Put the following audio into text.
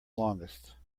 longest